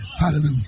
Hallelujah